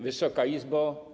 Wysoka Izbo!